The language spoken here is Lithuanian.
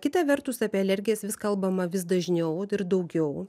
kita vertus apie alergijas vis kalbama vis dažniau ir daugiau